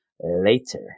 later